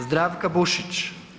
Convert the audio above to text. Zdravka Bušić.